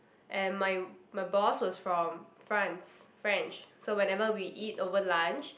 and my my boss was from France French so whenever we eat over lunch